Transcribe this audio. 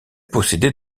possédait